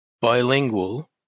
bilingual